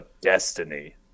destiny